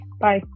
Bye